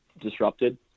disrupted